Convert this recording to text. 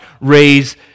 raise